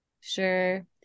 sure